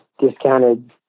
discounted